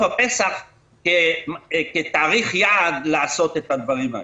הפסח כתאריך יעד לעשות את הדברים האלה.